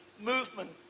movement